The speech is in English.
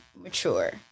mature